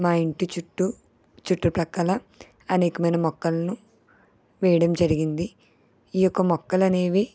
మా ఇంటి చుట్టూ చుట్టు ప్రక్కల అనేకమైన మొక్కలను వేయడం జరిగింది ఈ యొక్క మొక్కలు అనేవి